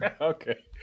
okay